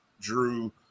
Drew